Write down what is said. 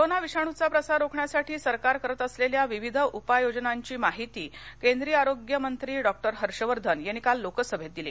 corona विषाणूंचा प्रसार रोखण्यासाठी सरकार करत असलेल्या विविध उपाययोजनांची माहिती केंद्रीय आरोग्यमंत्री डॉक्टर हर्षवर्धन यांनी काल लोकसभेत दिली